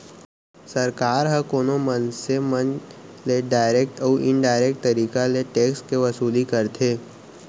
सरकार ह कोनो मनसे मन ले डारेक्ट अउ इनडारेक्ट तरीका ले टेक्स के वसूली करथे